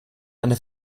eine